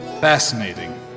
Fascinating